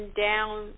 down